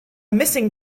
missing